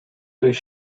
durch